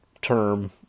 term